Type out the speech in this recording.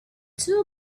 two